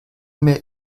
mehr